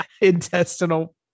intestinal